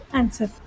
answer